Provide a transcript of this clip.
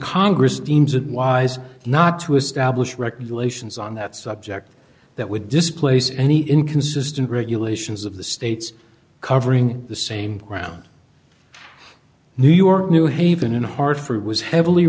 congress deems it wise not to establish regulations on that subject that would displace any inconsistent regulations of the states covering the same ground new york new haven in hartford was heavily